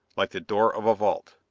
like the door of a vault.